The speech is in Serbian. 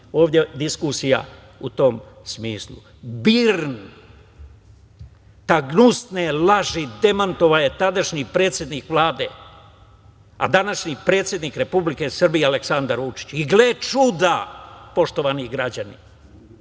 ovde diskusija u tom smislu. Te gnusne laži demantovao je tadašnji predsednik Vlade, a današnji predsednik Republike Srbije Aleksandar Vučić. Gle čuda, poštovani građani,